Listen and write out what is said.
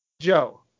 joe